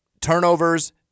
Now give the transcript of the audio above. turnovers